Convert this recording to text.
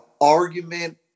argument